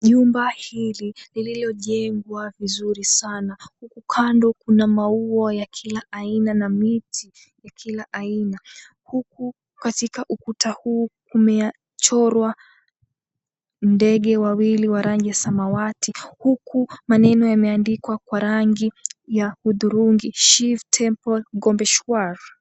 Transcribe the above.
Jumba hili lililojengwa vizuri sana. Huku kando kuna maua ya kila aina na miti ya kila aina. Huku katika ukuta huu kumechorwa ndege wawili wa rangi samawati. Huku maneno yameandikwa kwa rangi ya hudhurungi, Shiv Temple Gombeshwar.